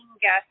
guest